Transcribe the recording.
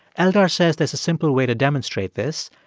eldar says there's a simple way to demonstrate this.